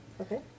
Okay